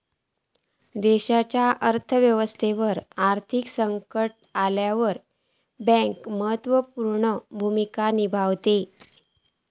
देशाच्या अर्थ व्यवस्थेवर आर्थिक संकट इल्यावर बँक महत्त्व पूर्ण भूमिका निभावता